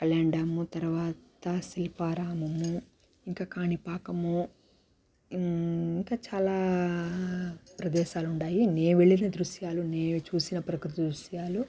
Kalyan dam తరవాత శిల్పారామము ఇంకా కాణిపాకము ఇంక చాలా ప్రదేశాలున్నాయి నే వెళ్లిన దృశ్యాలు నేను చూసిన ప్రకృతి దృశ్యాలు